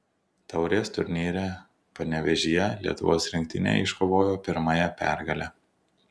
taurės turnyre panevėžyje lietuvos rinktinė iškovojo pirmąją pergalę